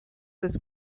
das